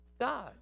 God